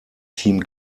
team